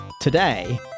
Today